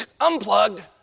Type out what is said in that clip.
unplugged